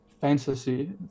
fantasy